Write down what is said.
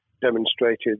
demonstrated